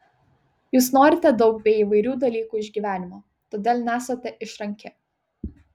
jūs norite daug bei įvairių dalykų iš gyvenimo todėl nesate išranki